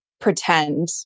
pretend